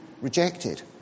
rejected